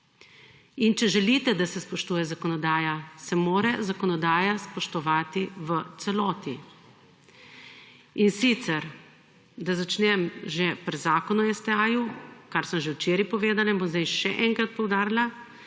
In če želite, da se spoštuje zakonodaja, se mora zakonodaja spoštovati v celoti. In sicer, da začnem že pri zakonu o STA-ju, kar sem že včeraj povedala in bo zdaj še enkrat poudarila,